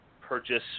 purchase